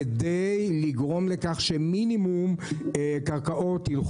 כדי לגרום לכך שמינימום קרקעות ילכו